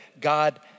God